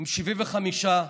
עם 75,